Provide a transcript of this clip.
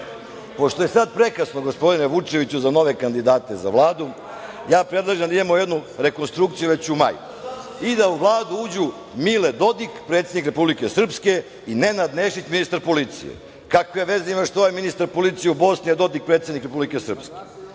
pošto je sada prekasno gospodine Vučeviću za nove kandidate za Vladu, ja predlažem da imamo jednu rekonstrukciju već u maju i da u Vladu uđu Mile Dodik, predsednik Republike Srpske i Nenad Nešić, ministar policije. Kakve veze ima što je ovaj ministar policije u Bosni, a Dodik predsednik Republike Srpske?